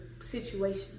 situation